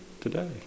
today